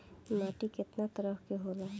माटी केतना तरह के होला?